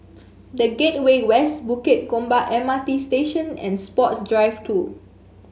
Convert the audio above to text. The Gateway West Bukit Gombak M R T Station and Sports Drive Two